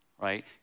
right